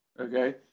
Okay